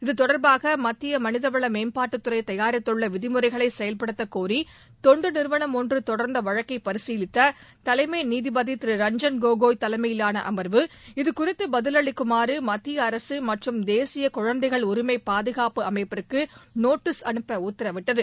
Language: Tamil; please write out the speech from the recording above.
இத்தொடர்பாக மத்திய மனிதவள மேம்பாட்டுத்துறை தயாரித்துள்ள விதிமுறைகளை செயல்படுத்த கோரி தொன்டு நிறுவனம் ஒன்று தொடர்ந்த வழக்கை பரிசீலித்த தலைமை நீதிபதி ரஞ்சன் கோகோய் தலைமையிலான அம்வு இதுகுறித்து பதிலளிக்குமாறு மத்திய அரசு மற்றும் தேசிய குழந்தைகள் உரிமை பாதுகாப்பு அமைப்புக்கு நோட்டீஸ் அனுப்ப உத்தரவிட்டது